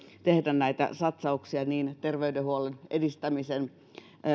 tehdä näitä satsauksia niin terveydenhuollon edistämisen